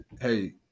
Hey